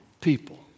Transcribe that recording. people